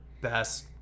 best